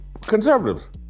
conservatives